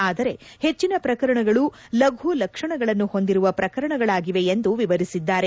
ಆದರೆ ಹೆಚ್ಚಿನ ಪ್ರಕರಣಗಳು ಲಘು ಲಕ್ಷಣಗಳನ್ನು ಹೊಂದಿರುವ ಪ್ರಕರಣಗಳಾಗಿವೆ ಎಂದು ವಿವರಿಸಿದ್ದಾರೆ